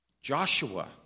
Joshua